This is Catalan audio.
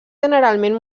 generalment